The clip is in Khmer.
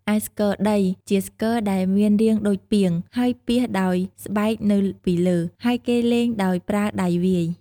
ឯស្គរដី ជាស្គរដែលមានរាងដូចពាង ហើយពាសដោយស្បែកនៅពីលើ ហើយគេលេងដោយប្រើដៃវាយ។